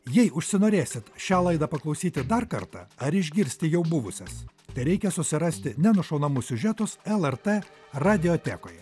jei užsinorėsit šią laidą paklausyti dar kartą ar išgirsti jau buvusias tereikia susirasti nenušaunamus siužetus lrt radiotekoje